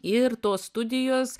ir tos studijos